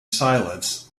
silence